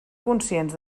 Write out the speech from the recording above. conscients